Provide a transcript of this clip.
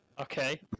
Okay